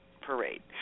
parade